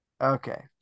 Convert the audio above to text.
Okay